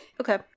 Okay